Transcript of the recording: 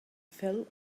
fell